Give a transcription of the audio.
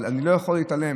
אבל אני לא יכול להתעלם.